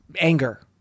anger